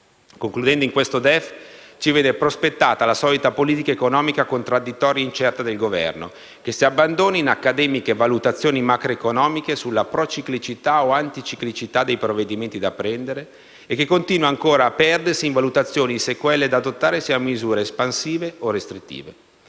Concludendo, nel DEF in discussione ci viene prospettata la solita politica economica contraddittoria ed incerta del Governo, che si abbandona in accademiche valutazioni macroeconomiche sulla prociclicità o anticiclicità dei provvedimenti da prendere e che continua ancora a perdersi in valutazioni se quelle da adottare siano misure espansive o restrittive.